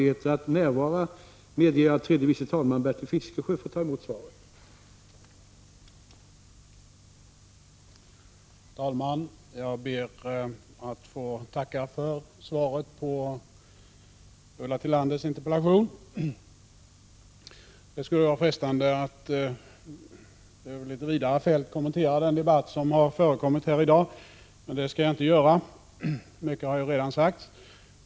Herr talman! Jag ber att få tacka för svaret på Ulla Tillanders interpellation. Det skulle vara frestande att över ett litet vidare fält kommentera den debatt som har förekommit här i dag, men det skall jag inte göra, eftersom mycket redan har sagts.